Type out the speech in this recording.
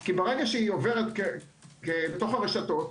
כי ברגע שהיא עוברת בתוך הרשתות,